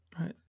Right